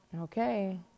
Okay